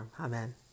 Amen